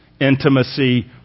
intimacy